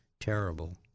terrible